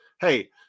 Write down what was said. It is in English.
Hey